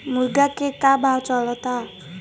मुर्गा के का भाव चलता?